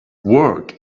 work